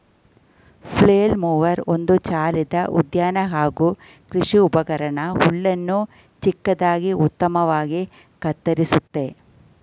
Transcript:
flail mower ಒಂದು ಚಾಲಿತ ಉದ್ಯಾನ ಹಾಗೂ ಕೃಷಿ ಉಪಕರಣ ಹುಲ್ಲನ್ನು ಚಿಕ್ಕದಾಗಿ ಉತ್ತಮವಾಗಿ ಕತ್ತರಿಸುತ್ತೆ